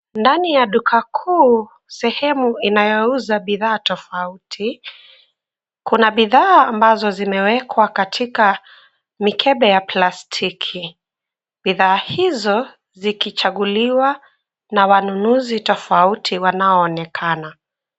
Ndani ya duka kuu sehemu inayouza bidhaa tofauti. Kuna bidhaa ambazo zimewekwa katika mikebe ya plastiki. Bidhaa hizo zikichaguliwa na wanunuzi tofauti wanaoonekana.